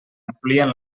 amplien